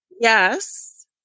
yes